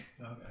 Okay